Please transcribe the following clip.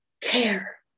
care